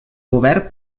govern